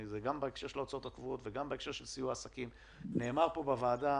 גם בהקשר של ההוצאות הקבועות וגם בהקשר של סיוע עסקים נאמר פה בוועדה